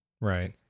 Right